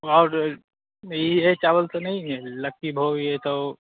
और यह चावल तो नहीं है लकी भोग यह तो